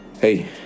Hey